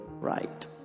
right